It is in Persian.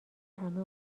همه